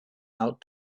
out